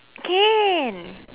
can